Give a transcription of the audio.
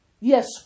Yes